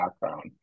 background